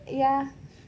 ya